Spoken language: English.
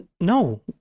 No